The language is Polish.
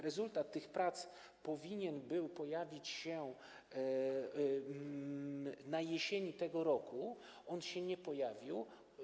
Rezultat tych prac powinien był pojawić się jesienią tego roku, ale się nie pojawił.